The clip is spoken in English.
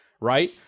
right